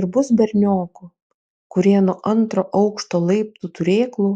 ir bus berniokų kurie nuo antro aukšto laiptų turėklų